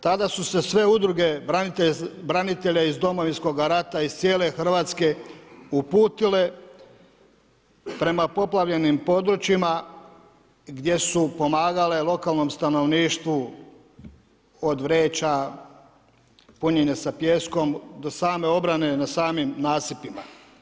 Tada su se sve udruge branitelja iz Domovinskoga rata, iz cijele Hrvatske uputile prema poplavljenim područjima gdje su pomagale lokalnom stanovništvu od vreća punjene sa pijeskom do same obrane na samim nasipima.